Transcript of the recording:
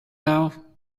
now